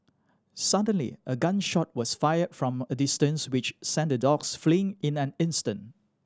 suddenly a gun shot was fired from a distance which sent the dogs fleeing in an instant